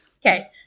Okay